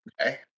okay